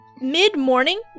mid-morning